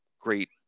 great